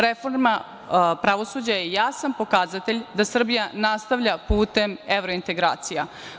Reforma pravosuđa je jasan pokazatelj da Srbija nastavlja putem evrointegracija.